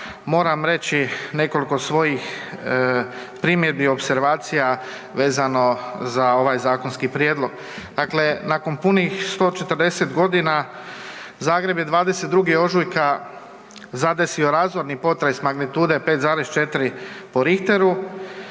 moram reći nekoliko svojih primjedbi i opservacija vezano za ovaj zakonski prijedlog. Dakle, nakon punih 140 g., Zagreb je 22. ožujka zadesio razorni potres magnitude 5,4 po Richteru.